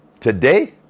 Today